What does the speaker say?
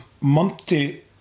monty